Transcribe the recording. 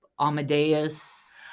amadeus